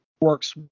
works